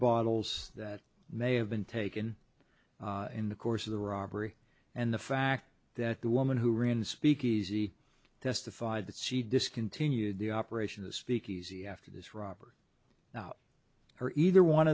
bottles that may have been taken in the course of the robbery and the fact that the woman who ran the speakeasy testified that she discontinued the operation the speakeasy after this robbery now or either one